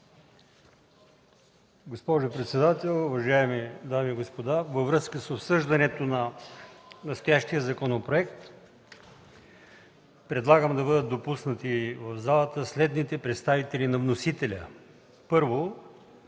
Госпожо председател, уважаеми дами и господа! Във връзка с обсъждането на настоящия законопроект предлагам да бъдат допуснати в залата следните представители на вносителя: Красин